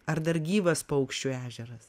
ar dar gyvas paukščių ežeras